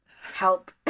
help